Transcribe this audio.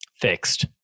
fixed